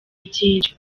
byinshi